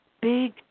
big